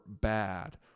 bad